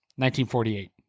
1948